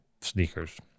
sneakers